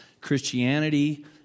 Christianity